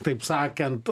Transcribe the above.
taip sakant